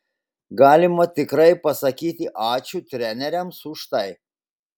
galima tikrai pasakyti ačiū treneriams už tai